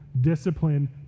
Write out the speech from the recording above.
discipline